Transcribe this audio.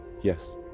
yes